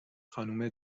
خانم